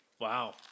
Wow